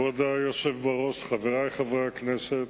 כבוד היושב-ראש, חברי חברי הכנסת,